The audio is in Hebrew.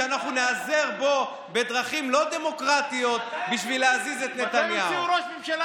ואנחנו ניעזר בו בדרכים לא דמוקרטיות בשביל להזיז את נתניהו.